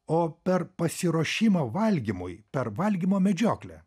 o per pasiruošimą valgymui per valgymo medžioklę